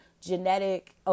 genetic